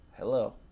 Hello